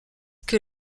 que